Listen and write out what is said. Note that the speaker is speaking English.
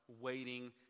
waiting